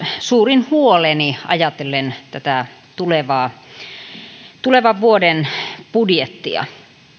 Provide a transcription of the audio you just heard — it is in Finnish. suurin huoleni ajatellen tätä tulevan vuoden budjettia